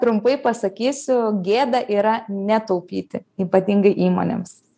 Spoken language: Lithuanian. trumpai pasakysiu gėda yra netaupyti ypatingai įmonėms